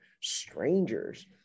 strangers